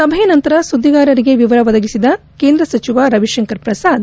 ಸಭೆಯ ನಂತರ ಸುದ್ದಿಗಾರರಿಗೆ ವಿವರ ಒದಗಿಸಿದ ಕೇಂದ್ರ ಸಚಿವ ರವಿತಂಕರ್ ಪ್ರಸಾದ್